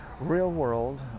real-world